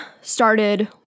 started